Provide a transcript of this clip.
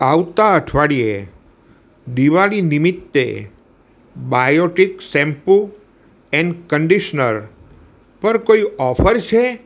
આવતા અઠવાડિયે દિવાળી નિમિત્તે બાયોટિક શેમ્પૂ એન્ડ કંડીશનર પર કોઈ ઓફર છે